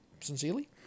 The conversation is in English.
Sincerely